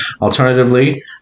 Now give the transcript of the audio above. Alternatively